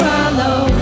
follow